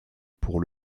pour